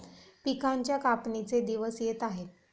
पिकांच्या कापणीचे दिवस येत आहेत